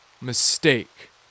mistake